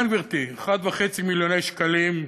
כן, גברתי, 1.5 מיליון שקלים.